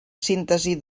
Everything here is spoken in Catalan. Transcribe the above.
síntesi